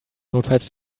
notfalls